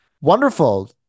wonderful